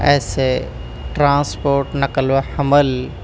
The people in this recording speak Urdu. ایسے ٹرانسپورٹ نقل وحمل